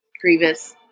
Grievous